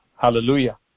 Hallelujah